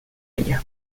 ella